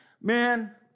Man